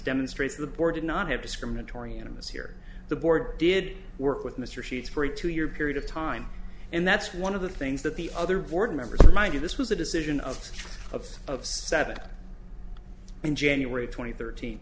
demonstrates the board did not have discriminatory animists here the board did work with mr sheets for a two year period of time and that's one of the things that the other board members remind you this was a decision of of of seven in january twenty thirt